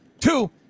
Two